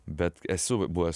bet esu buvęs